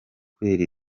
kubera